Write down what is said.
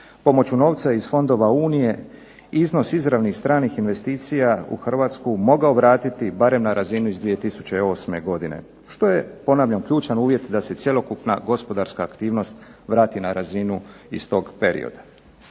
pomoću novca iz fondova unije iznos izravnih stranih investicija u Hrvatsku mogao vratiti barem na razinu iz 2008. godine, što je ponavljam ključan uvjet da se cjelokupna gospodarska aktivnost vrati na razinu iz tog perioda.